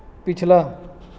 ਪਿਛਲਾ